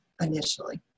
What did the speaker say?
initially